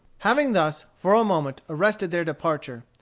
having thus, for a moment, arrested their departure,